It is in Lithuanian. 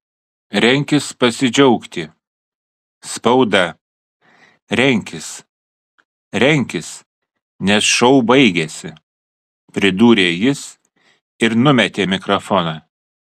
renkis pasidžiaugti spauda renkis renkis nes šou baigėsi pridūrė jis ir numetė mikrofoną